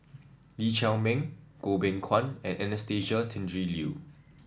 Lee Chiaw Meng Goh Beng Kwan and Anastasia Tjendri Liew